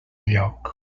lloc